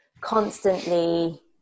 constantly